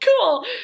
cool